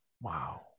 Wow